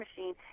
machine